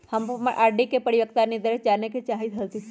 हम अपन आर.डी के परिपक्वता निर्देश जाने के चाहईत हती